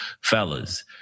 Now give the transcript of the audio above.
Fellas